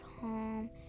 home